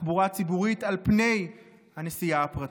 לתחבורה ציבורית על פני הנסיעה הפרטית.